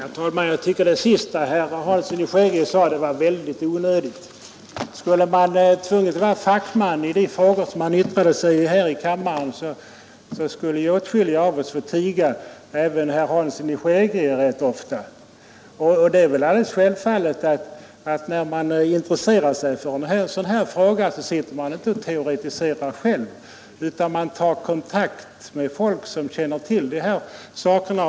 Herr talman! Jag tycker att det sista som herr Hansson i Skegrie sade var väldigt onödigt. Skulle man tvunget vara fackman i de frågor som man yttrar sig i här i kammaren, skulle åtskilliga av oss få tiga — även herr Hansson i Skegrie — rätt ofta. När man intresserar sig för en sådan här fråga, är det väl alldeles givet att man inte teoritiserar själv utan tar kontakt med folk som känner dessa saker.